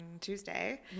Tuesday